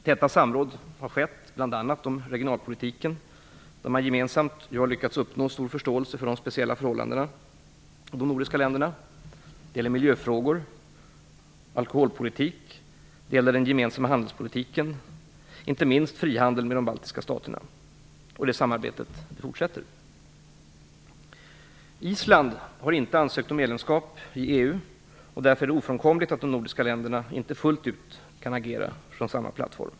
Täta samråd har skett, bl.a. om regionalpolitiken, där man gemensamt lyckats uppnå stor förståelse för de speciella förhållandena i de nordiska länderna. Det gäller också miljöfrågor, alkoholpolitik och den gemensamma handelspolitiken, inte minst frihandeln med de baltiska staterna. Detta samarbete fortsätter. Island har inte ansökt om medlemskap i EU. Därför är det ofrånkomligt att de nordiska länderna inte fullt ut kan agera från samma plattform.